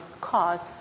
cause